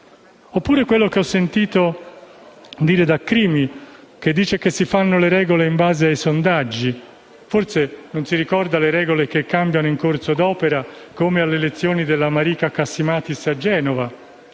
Oppure quello che ho sentito dire da Crimi che dice che: «si fanno le regole in base ai sondaggi». Forse non si ricorda le regole che cambiano in corso d'opera come alle elezioni della Marika Cassimatis a Genova,